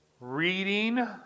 reading